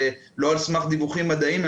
לא על סמך דיווחים מדעיים,